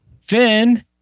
Finn